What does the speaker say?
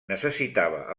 necessitava